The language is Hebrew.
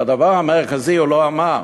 את הדבר המרכזי הוא לא אמר,